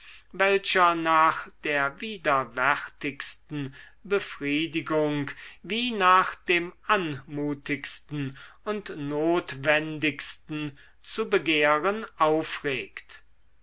welcher nach der widerwärtigsten befriedigung wie nach dem anmutigsten und notwendigsten zu begehren aufregt